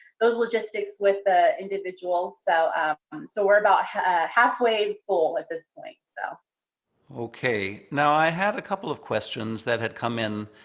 those logistics with the individuals. so ah um so we're about halfway full at this point. so okay. now i had a couple of questions that had come in,